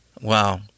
Wow